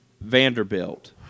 Vanderbilt